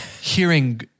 hearing